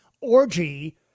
orgy